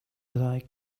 like